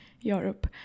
Europe